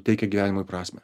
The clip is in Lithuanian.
teikia gyvenimui prasmę